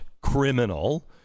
criminal